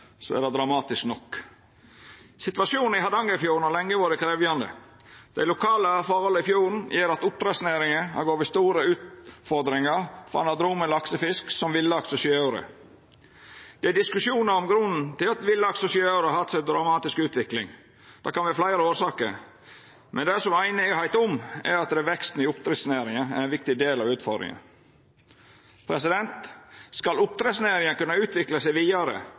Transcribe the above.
er det dramatisk nok. Situasjonen i Hardangerfjorden har lenge vore krevjande. Dei lokale forholda i fjorden gjer at oppdrettsnæringa har gjeve store utfordringar for anadrom laksefisk som villaks og sjøaure. Det er diskusjonar om grunnen til at villaks og sjøaure har hatt så dramatisk utvikling. Det kan vera fleire årsakar, men det som det er einigheit om, er at veksten i oppdrettsnæringa er ein viktig del av utfordringa. Skal oppdrettsnæringa kunna utvikla seg vidare,